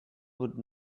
would